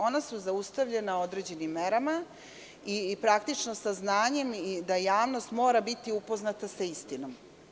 Ona su zaustavljena određenim merama i praktično saznanjem, da javnost mora biti upoznata sa istinom.